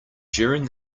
during